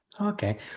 Okay